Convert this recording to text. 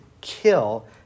kill